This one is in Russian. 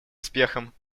успехом